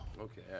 Okay